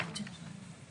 מיכאל מרדכי ביטון (יו"ר ועדת הכלכלה):